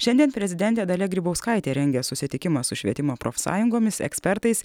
šiandien prezidentė dalia grybauskaitė rengia susitikimą su švietimo profsąjungomis ekspertais